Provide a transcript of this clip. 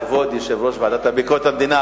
כבוד יושב-ראש הוועדה לביקורת המדינה,